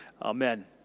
Amen